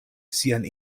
sian